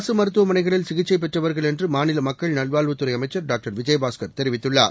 அரசு மருத்துவமனைகளில் சிகிச்சை பெற்றவர்கள் என்று மாநில மக்கள் நல்வாழ்வுத்துறை அமைச்சர் டாக்டர் விஜயபாஸ்கர் தெரிவித்துள்ளார்